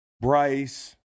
Bryce